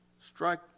strike